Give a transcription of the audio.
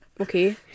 okay